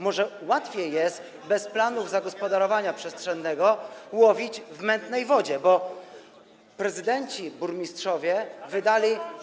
Może łatwiej jest bez planów zagospodarowania przestrzennego łowić w mętnej wodzie, bo prezydenci, burmistrzowie wydali.